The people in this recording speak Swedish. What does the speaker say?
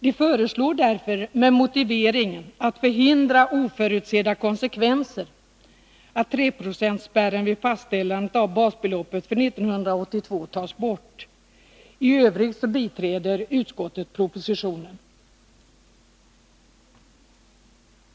Den föreslår därför med motiveringen att man vill förhindra ”oförutsedda konsekvenser” att 3-procentsspärren vid fastställandet av basbeloppet för 1982 tas bort. I övrigt biträder utskottet propositionen.